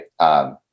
right